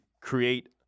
create